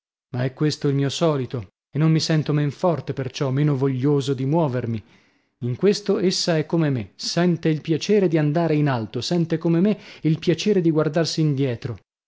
ma è questo il mio solito e non mi sento men forte per ciò meno voglioso di muovermi in questo essa è come me sente il piacere di andare in alto sente come me il piacere di guardarsi indietro